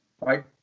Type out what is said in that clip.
right